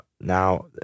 now